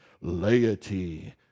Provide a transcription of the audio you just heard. laity